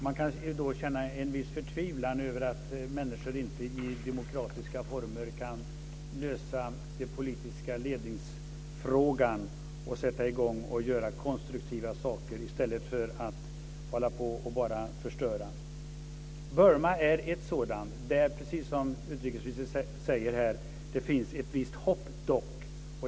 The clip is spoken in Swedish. Man kan då känna en viss förtvivlan över att människor inte i demokratiska former kan lösa frågan om den politiska ledningen och sätta i gång och göra konstruktiva saker i stället för att bara hålla på och förstöra. Burma är ett sådant exempel, där det dock, precis som utrikesministern säger, finns ett visst hopp.